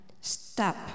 Stop